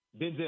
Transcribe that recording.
Denzel